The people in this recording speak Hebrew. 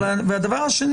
והדבר השני,